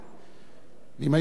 ואם היו מגיעים בזמן,